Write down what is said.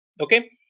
Okay